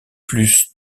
plus